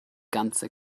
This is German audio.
ganze